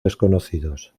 desconocidos